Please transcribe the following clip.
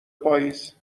پاییز